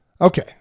Okay